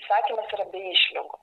įsakymas yra be išlygų